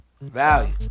Value